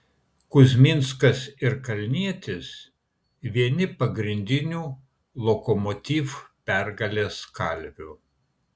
kuzminskas ir kalnietis vieni pagrindinių lokomotiv pergalės kalvių